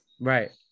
right